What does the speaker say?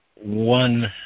one